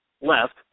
left